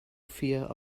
fear